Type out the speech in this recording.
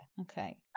Okay